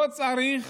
לא צריך